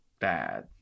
bad